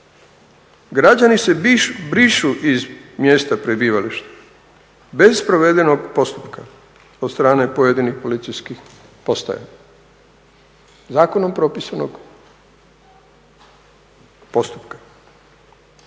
Građani se brišu iz mjesta prebivališta bez provedenog postupka od strane pojedinih policijskih postaja zakonom propisanog postupka.